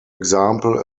example